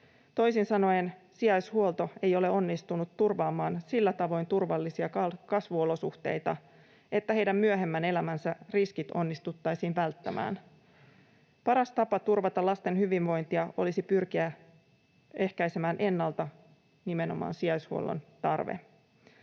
Toisin sanoen sijaishuolto ei ole onnistunut turvaamaan sillä tavoin turvallisia kasvuolosuhteita, että heidän myöhemmän elämänsä riskit onnistuttaisiin välttämään. Paras tapa turvata lasten hyvinvointia olisi pyrkiä ehkäisemään ennalta nimenomaan sijaishuollon tarve.